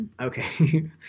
Okay